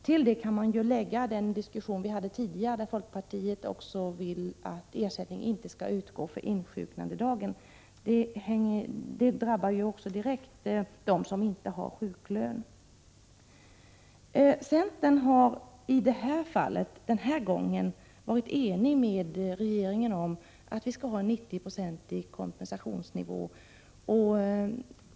Till det kan man också lägga folkpartiets förslag att ersättning inte skall utgå för insjuknandedagen, vilket vi tidigare diskuterat. De som inte har sjuklön drabbas ju direkt av detta. Centern har den här gången varit enig med regeringen om en 90-procentig kompensationsnivå.